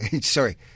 sorry